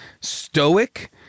stoic